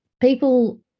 people